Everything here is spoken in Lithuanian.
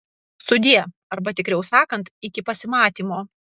sudie arba tikriau sakant iki pasimatymo